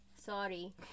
sorry